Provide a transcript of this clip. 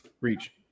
Reach